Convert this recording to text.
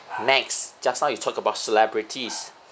next just now you talk about celebrities